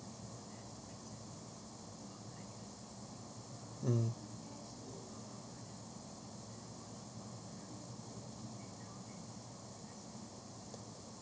mm